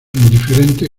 indiferente